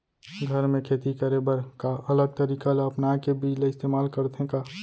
घर मे खेती करे बर का अलग तरीका ला अपना के बीज ला इस्तेमाल करथें का?